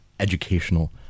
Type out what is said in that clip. educational